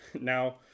now